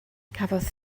cafodd